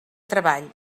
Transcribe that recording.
treball